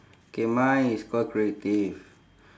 K mine is call creative